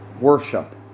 worship